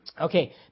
Okay